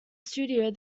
studio